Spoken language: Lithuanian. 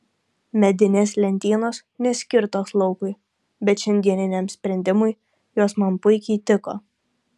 medinės lentynos neskirtos laukui bet šiandieniniam sprendimui jos man puikiai tiko